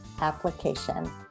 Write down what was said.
application